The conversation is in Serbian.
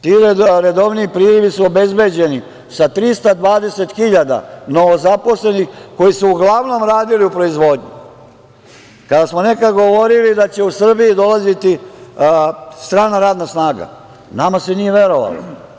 Ti redovniji prilivi su obezbeđeni sa 320 hiljada novo zaposlenih koji su uglavnom radili u proizvodnji, i kada smo nekada govorili da će u Srbiji dolaziti strana radna snaga, nama se nije verovalo.